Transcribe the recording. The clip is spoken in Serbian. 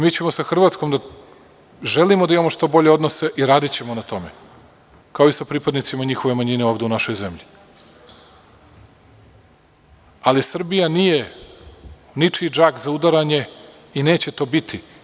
Mi sa Hrvatskom želimo da imamo što bolje odnose i radićemo na tome, kao i sa pripadnicima njihove manjine ovde u našoj zemlji, ali Srbija nije ničiji džak za udaranje i neće to biti.